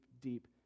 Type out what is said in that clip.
deep